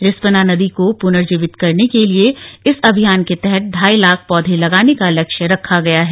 रिस्पना नदी को पुर्नजीवित करने के लिए इस अभियान के तहत ढ़ाई लाख पौधे लगाने का लक्ष्य रखा गया है